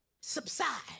subside